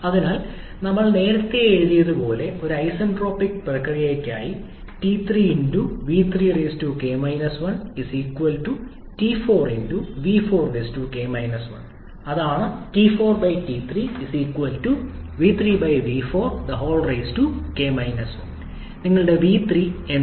അതിനാൽ ഞങ്ങൾ നേരത്തെ എഴുതിയതുപോലെ ഒരു ഐസന്റ്രോപിക് പ്രക്രിയയ്ക്കായി 𝑇3𝑣3𝑘−1 𝑇4𝑣4𝑘−1 അതാണ് നിങ്ങളുടെ വി 3 എന്താണ്